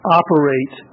operate